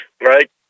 right